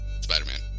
Spider-Man